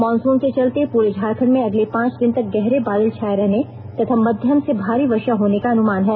monsoon के चलते पूरे झारखंड में अगले पांच दिन तक गहरे बादल छाये रहने तथा मध्यम से भारी वर्षा होने का अनुमान है